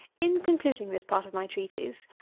in concluding this part of my treatise,